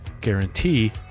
guarantee